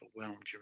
overwhelmed